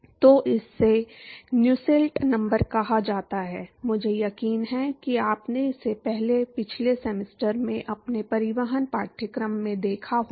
तो इसे Nusselt number कहा जाता है मुझे यकीन है कि आपने इसे पिछले सेमेस्टर में अपने परिवहन पाठ्यक्रम में देखा होगा